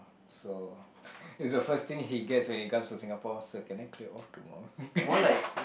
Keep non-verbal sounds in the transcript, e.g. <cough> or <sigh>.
so <laughs> it the first thing he gets when he come to Singapore so can I clear off tomorrow <laughs>